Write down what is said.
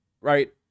right